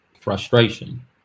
frustration